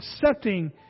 accepting